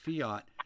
fiat